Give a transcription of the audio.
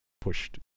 pushed